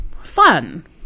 fun